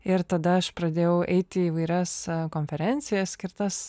ir tada aš pradėjau eit į įvairias konferencijas skirtas